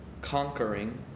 conquering